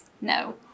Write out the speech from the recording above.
no